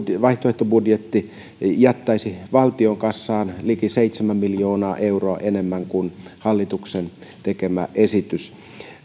vaihtoehtobudjettimme jättäisi valtion kassaan liki seitsemän miljoonaa euroa enemmän kuin hallituksen tekemä esitys